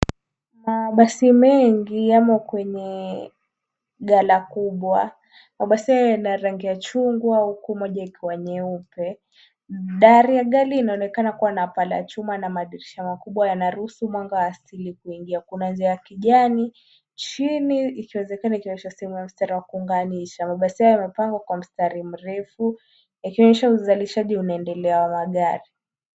Mabasi mengi yamo kwenye ghala kubwa. Mabasi hayo yana rangi ya chungwa huku moja ikiwa nyeupe. Dari la gari laonekana kuwa na palachuma na madirisha makubwa yanaruhusu mwanga asili kuingia. Kuna rangi ya kijani,. Chini ikiwezekana kuonyesha mstari wa kuunganisha. Mabasi hayo yamepangwa kwa mstari mrefu yakionyesha uzalishaji bado unaendelea wa magari.